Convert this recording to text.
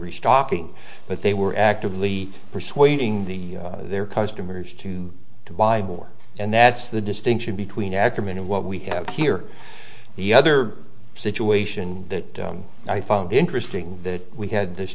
restocking but they were actively persuading the their customers to to buy bore and that's the distinction between ackerman and what we have here the other situation that i found interesting that we had this